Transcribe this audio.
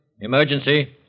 Emergency